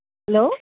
hello